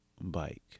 bike